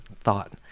thought